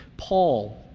Paul